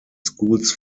schools